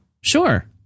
Sure